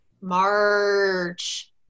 March